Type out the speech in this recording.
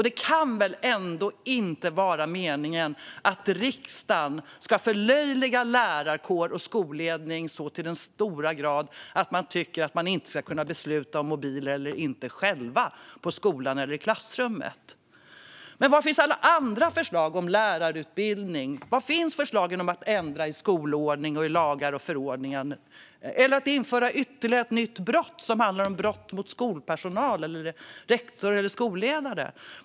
Det kan väl ändå inte vara meningen att riksdagen ska förlöjliga lärarkår och skolledning till den grad att man tycker att de inte själva ska kunna besluta om mobiler eller inte i skolan eller i klassrummet? Men var finns alla andra förslag om lärarutbildning? Var finns förslagen om att ändra i skolordning, lagar och förordningar eller om att införa ytterligare ett nytt brott som handlar om brott mot skolpersonal, rektor eller skolledare?